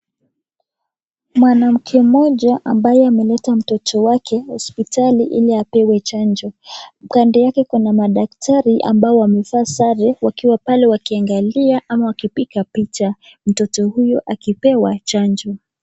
Mwanamke mmoja ambaye ameleta mtoto wake hospitali ili apewe chanjo kando yake kuna madaktari ambao wamevaa sare wakiwa pale wakiangalia ama wakipiga picha mtoto huyo akipewa chanjo.